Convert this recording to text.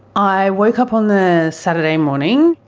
i woke up on the saturday morning,